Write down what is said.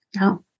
no